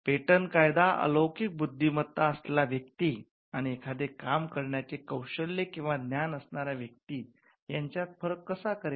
patent कायदा अलौकिक बुद्धिमत्ता असलेला व्यक्ती आणि एखादे काम करण्याचे कौशल्य किंवा ज्ञान असणाऱ्या व्यक्ती यांच्यात फरक कसा करेन